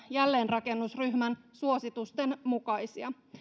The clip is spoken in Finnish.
jälleenrakennusryhmän suositusten mukaisia